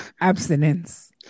abstinence